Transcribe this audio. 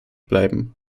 bleiben